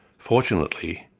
fortunately,